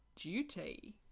duty